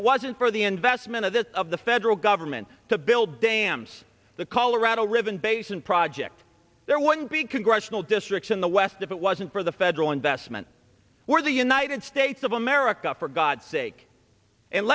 it wasn't for the investment of the of the federal government to build dams the colorado river basin project there wouldn't be congressional districts in the west if it wasn't for the federal investment for the united states of america for god's sake and